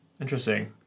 interesting